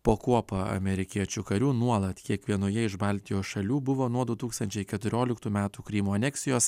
po kuopą amerikiečių karių nuolat kiekvienoje iš baltijos šalių buvo nuo du tūkstančiai keturioliktų metų krymo aneksijos